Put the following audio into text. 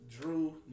Drew